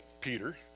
Peter